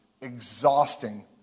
exhausting